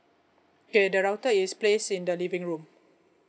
okay the router is placed in the living room